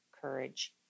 courage